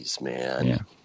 man